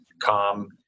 calm